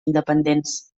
independents